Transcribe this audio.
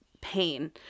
pain